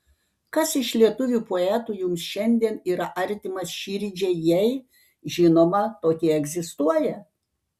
kas iš lietuvių poetų jums šiandien yra artimas širdžiai jei žinoma tokie egzistuoja